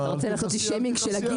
אתה רוצה לעשות לי שיימינג של הגיל?